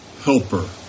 helper